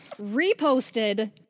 reposted